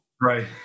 Right